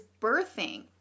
birthing